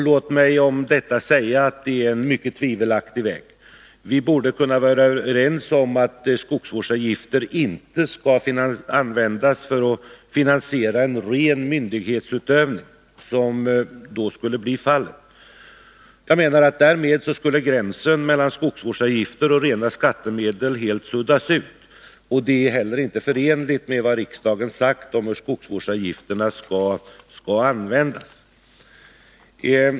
Låt mig om detta säga att det är en mycket tvivelaktig väg. Vi borde kunna vara överens om att skogsvårdsavgifter inte skall användas för att finansiera en ren myndighetsutövning, vilket då skulle bli fallet. Jag menar att därmed gränsen mellan skogsvårdsavgifter och rena skattemedel helt skulle suddas ut. Det är heller inte förenligt med vad riksdagen har sagt om hur skogsvårdsavgifterna skall användas.